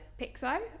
Pixo